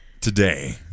Today